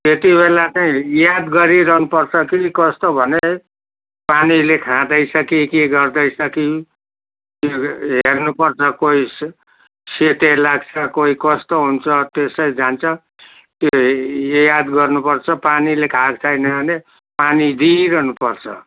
त्यति बेला चाहिँ याद गरिरहनु पर्छ फेरि कस्तो भने पानीले खाँदैछ कि के गर्दैछ कि हेर्नुपर्छ कोही स सेते लाग्छ कोही कस्तो हुन्छ त्यसै जान्छ त्यो याद गर्नुपर्छ पानीले खाएको छैन भने पानी दिइरहनु पर्छ